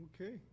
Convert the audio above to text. Okay